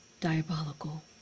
diabolical